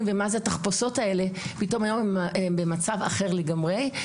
ומה זה התחפושות אבל היום הן במצב אחר לגמרי.